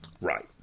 Right